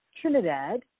Trinidad